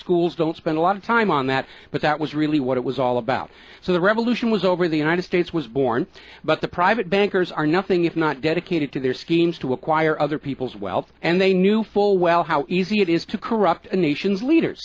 schools don't spend a lot of time on that but that was really what it was all about so the revolution was over the united states was born but the private bankers are nothing if not dedicated to their schemes to acquire other people's wealth and they knew full well how easy it is to corrupt a nation's leaders